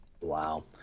wow